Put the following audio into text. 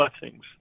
blessings